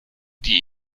die